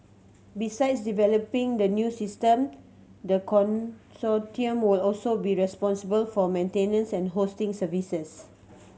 besides developing the new system the consortium will also be responsible for maintenance and hosting services